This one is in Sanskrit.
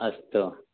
अस्तु